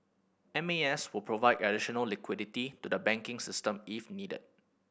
M A S will provide additional liquidity to the banking system if needed